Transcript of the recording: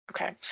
okay